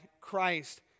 Christ